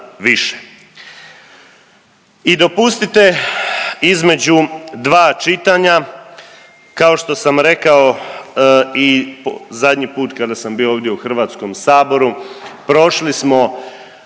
I dopustite između dva čitanja kao što sam rekao i zadnji put kada sam bio ovdje u Hrvatskom saboru, prošli smo